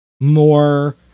more